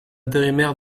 intérimaire